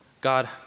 God